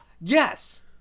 yes